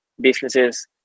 businesses